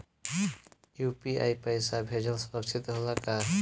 UPI से पैसा भेजल सुरक्षित होला का?